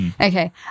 Okay